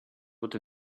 what